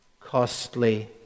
costly